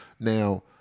Now